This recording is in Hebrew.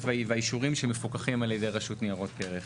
והאישורים שמפוקחים על ידי רשות ניירות ערך.